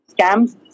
scams